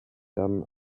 done